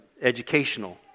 educational